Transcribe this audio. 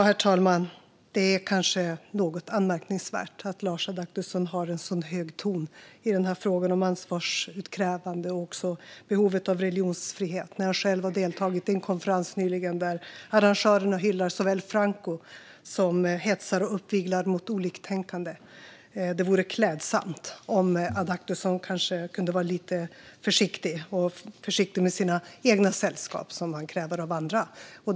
Herr talman! Det är kanske något anmärkningsvärt att Lars Adaktusson har en sådan hög ton i den här frågan om ansvarsutkrävande och behovet av religionsfrihet när han själv har deltagit i en konferens nyligen där arrangörerna såväl hyllar Franco som hetsar och uppviglar mot oliktänkande. Det vore klädsamt om Adaktusson kanske kunde vara lite försiktig med sitt eget sällskap på samma sätt som han kräver det av andra.